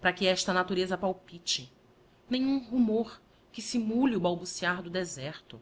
para que esta natureza palpite nem um rumor que simule o balbuciar do deserto